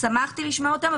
שמחתי לשמעו אותם.